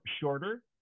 shorter